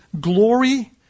glory